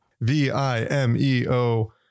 V-I-M-E-O